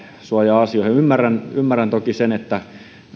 asioihin ymmärrän ymmärrän toki sen että